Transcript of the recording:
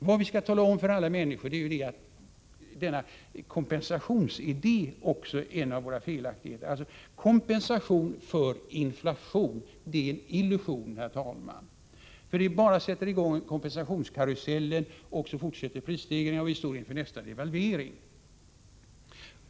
Vad vi skall tala om för alla människor är att kompensation för inflation är en illusion, herr talman. Det sätter bara i gång en kompensationskarusell, och då fortsätter prisstegringarna, och vi står snart inför nästa devalvering.